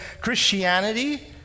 Christianity